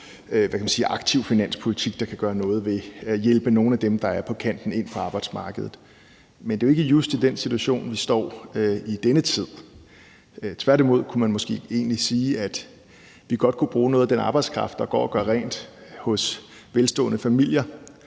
aktiv finanspolitik, der kan hjælpe nogle af dem, der er på kanten, ind på arbejdsmarkedet. Med det er jo ikke just i den situation, vi står i denne tid. Tværtimod kunne man måske egentlig sige, at vi godt kunne bruge noget af den arbejdskraft, der går og gør rent hos velstående familier